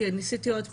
כי ניסיתי עוד פעם.